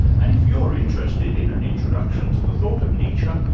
and if you're interested in an introduction to the thought of nietzsche,